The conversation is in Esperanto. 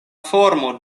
formo